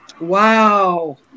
Wow